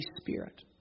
Spirit